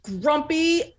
grumpy